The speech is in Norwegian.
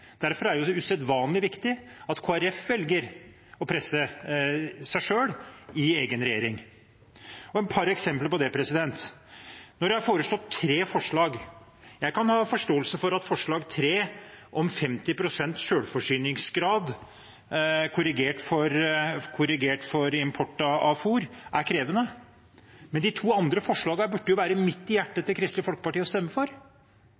Derfor er det usedvanlig viktig at Kristelig Folkeparti velger å presse seg selv i egen regjering. Et par eksempler på det: Nå er det tre forslag. Jeg kan ha forståelse for at forslag nr. 3, om 50 pst. selvforsyningsgrad, korrigert for import av fôr, er krevende, men de to andre forslagene burde jo være midt i hjertet til Kristelig Folkeparti, og dem burde de kunne stemme for.